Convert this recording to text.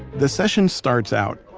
the session starts out,